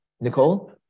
Nicole